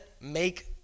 make